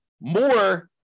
more